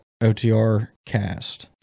otrcast